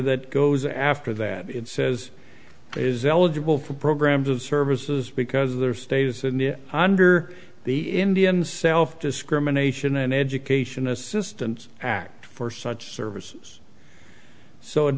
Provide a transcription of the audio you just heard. that goes after that it says is eligible for programs of services because of their status in the under the indian self discrimination and education assistance act for such services so it